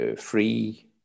free